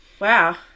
wow